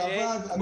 בדיעבד.